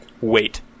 wait